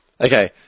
Okay